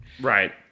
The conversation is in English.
Right